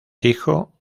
hijo